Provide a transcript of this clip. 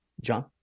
John